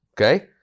okay